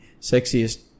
sexiest